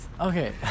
Okay